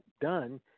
done